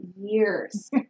years